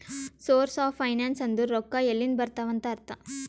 source of finance ಅಂದುರ್ ರೊಕ್ಕಾ ಎಲ್ಲಿಂದ್ ಬರ್ತಾವ್ ಅಂತ್ ಅರ್ಥ